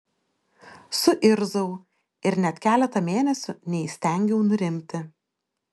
suirzau ir net keletą mėnesių neįstengiau nurimti